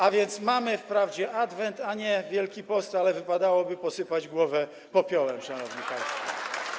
A więc mamy wprawdzie adwent, a nie Wielki Post, ale wypadałoby posypać głowę popiołem, szanowni państwo.